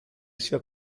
sia